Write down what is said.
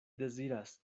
deziras